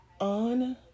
On